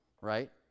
right